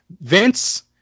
Vince